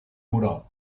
moral